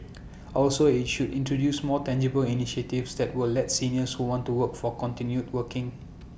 also IT should introduce more tangible initiatives that will let seniors who want to work to continue working